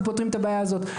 אנחנו פותרים את הבעיה הזו.